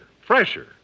fresher